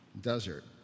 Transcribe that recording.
desert